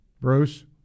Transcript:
Bruce